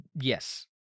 Yes